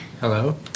Hello